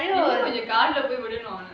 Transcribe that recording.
கால்:kaal leh போய் விழணும்:poi vizhanum